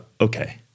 okay